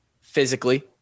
physically